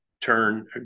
turn